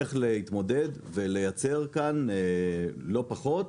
איך להתמודד ולייצר כאן לא פחות,